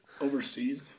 overseas